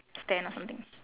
stand or something